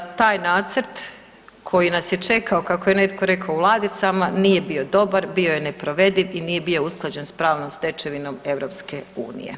Taj nacrt koji nas je čekao kako je netko rekao u ladicama nije bio dobar, bio je neprovediv i nije bio usklađen s pravnom stečevinom EU.